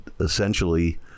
essentially